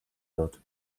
wird